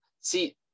see